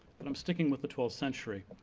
but i'm sticking with the twelfth century.